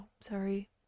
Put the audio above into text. Sorry